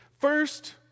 First